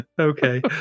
Okay